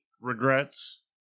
regrets